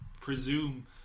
Presume